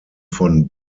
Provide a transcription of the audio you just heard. von